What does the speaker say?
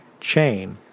chain